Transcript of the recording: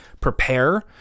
prepare